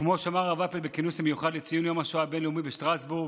וכמו שאמר הרב אפל בכינוס המיוחד לציון יום השואה הבין-לאומי בשטרסבורג,